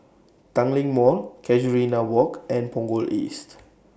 Tanglin Mall Casuarina Walk and Punggol East